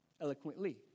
eloquently